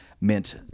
meant